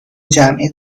جمعی